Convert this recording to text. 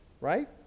Right